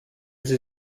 sie